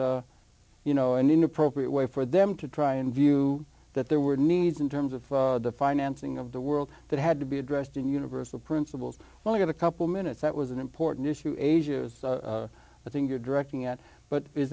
was you know an inappropriate way for them to try and view that there were needs in terms of the financing of the world that had to be addressed in universal principles when i got a couple minutes that was an important issue ages i think you're directing at but is